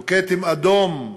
או כתם אדום,